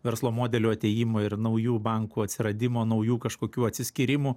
verslo modelių atėjimo ir naujų bankų atsiradimo naujų kažkokių atsiskyrimų